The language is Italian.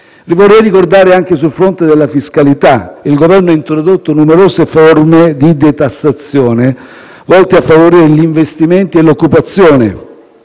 Vorrei ricordare che, sul fronte della fiscalità, il Governo ha introdotto numerose forme di detassazione, volte a favorire gli investimenti e l'occupazione.